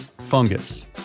Fungus